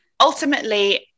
Ultimately